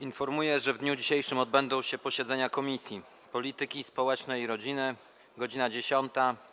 Informuję, że w dniu dzisiejszym odbędą się posiedzenia Komisji: - Polityki Społecznej i Rodziny - godz. 10,